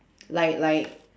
like like